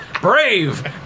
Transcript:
brave